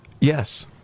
Yes